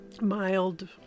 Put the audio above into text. mild